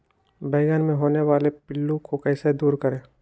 बैंगन मे होने वाले पिल्लू को कैसे दूर करें?